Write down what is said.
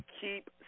keep